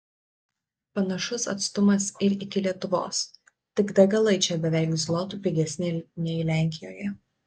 panašus atstumas ir iki lietuvos tik degalai čia beveik zlotu pigesni nei lenkijoje